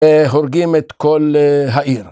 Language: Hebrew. הורגים את כל העיר.